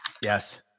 Yes